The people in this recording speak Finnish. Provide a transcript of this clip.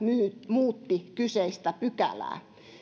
muutti kyseistä pykälää